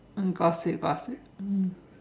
mm gossip mm